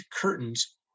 curtains